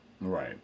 Right